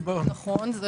זה נכון,